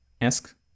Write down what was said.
ask